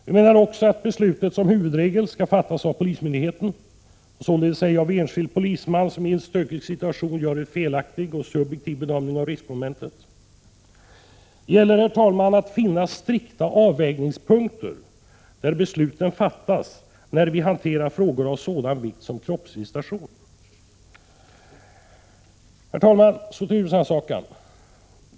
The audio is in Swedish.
Vi menar också att beslutet som huvudregel skall fattas av polismyndigheten och således ej av enskild polisman som i en stökig situation gör en felaktig och subjektiv bedömning av riskmomentet. Det gäller, herr talman, att finna strikta avvägningspunkter där besluten fattas, när vi hanterar frågor av sådan vikt som kroppsvisitation. Herr talman! Så till frågan om husrannsakan.